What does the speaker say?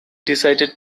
decided